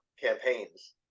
campaigns